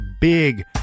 big